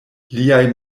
liaj